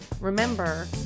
Remember